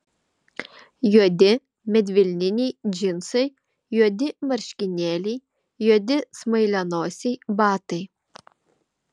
juodi medvilniniai džinsai juodi marškinėliai juodi smailianosiai batai